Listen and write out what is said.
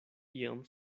iom